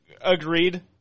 Agreed